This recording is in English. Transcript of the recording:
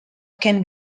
can